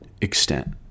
Extent